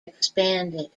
expanded